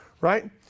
right